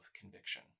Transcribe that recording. conviction